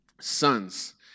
sons